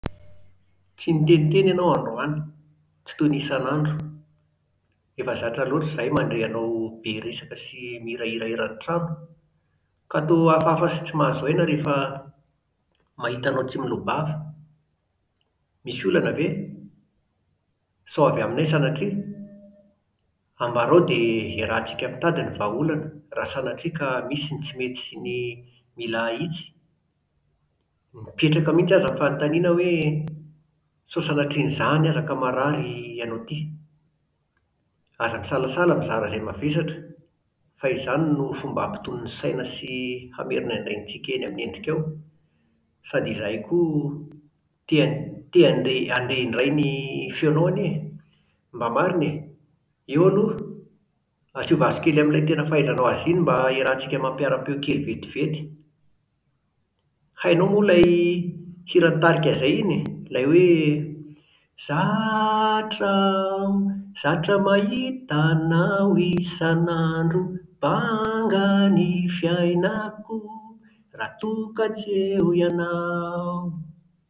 Tsy niteniteny ianao androany. Tsy toy ny isanandro. Efa zatra loatra izahay mandre anao be resaka sy mihirahira eran'ny trano, ka toa hafahafa sy tsy mahazo aina rehefa mahita anao tsy miloa-bava. Misy olana ve? Sao avy aminay sanatria? Ambarao dia iarahantsika mitady ny vahaolana raha sanatria ka misy ny tsy mety sy ny mila ahitsy. Mipetraka mihitsy aza ny fanontaniana hoe: sao sanatrian'izany aza ka marary ianao ity? Aza misalasala mizara izay mavesatra fa izany no fomba hampitony ny saina sy hamerina indray ny tsiky eny amin'ny endrikao. Sady izahay koa te-han te-handre indray ny feonao anie e! Mba marina e! Eo aloha, asio vazo kely amin'ilay tena fahaizanao azy iny mba iarahantsika mampiara-peo kely vetivety. Hainao moa ilay hiran'ny tarika 'Zay iny? Ilay hoe: Zatra aho, zatra mahita anao isanandro, banga ny fiainako raha toa ka tsy eo ianao